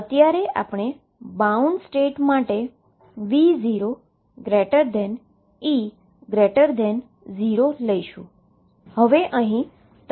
અત્યારે આપણે bound state માટે V0E0 લઈશું